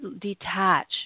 detach